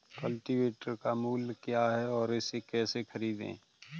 Cultivator का मूल्य क्या है और इसे कैसे खरीदें?